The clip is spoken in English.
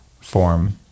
form